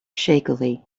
shakily